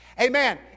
amen